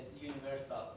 universal